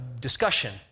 discussion